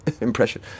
impression